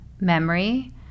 memory